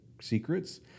secrets